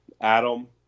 Adam